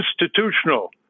institutional